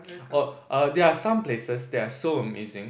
oh err there are some places that are so amazing